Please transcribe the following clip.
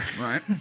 Right